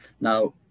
now